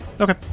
Okay